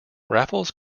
raffles